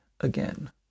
again